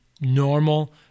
normal